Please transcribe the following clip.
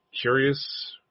curious